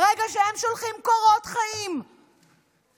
ברגע שהם שולחים קורות חיים למשרדי